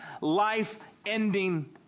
life-ending